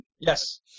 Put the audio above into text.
Yes